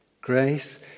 Grace